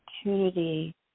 opportunity